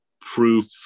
proof